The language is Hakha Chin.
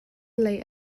lei